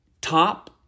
top